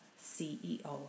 CEO